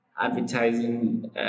advertising